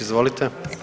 Izvolite.